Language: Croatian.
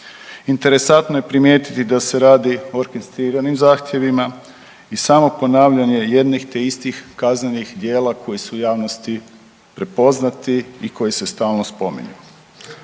Interesantno je primijetiti da se radi o orkestriranim zahtjevima i samo ponavljanje jednih te istih kaznenih djela koji su u javnosti prepoznati i koji se stalno spominju.